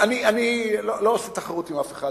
אני לא עושה תחרות עם אף אחד,